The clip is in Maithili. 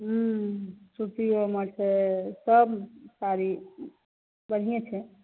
हुँ सूतियोमे छै सब साड़ी बढ़ियेँ छै